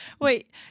Wait